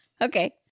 okay